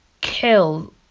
kill